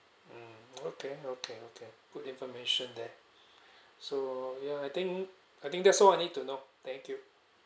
mm okay okay okay good information there so ya I think I think that's all I need to know thank you